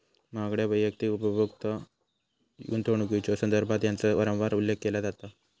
महागड्या वैयक्तिक उपभोग्य गुंतवणुकीच्यो संदर्भात याचा वारंवार उल्लेख केला जाता